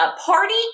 party